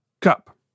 Cup